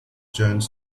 jones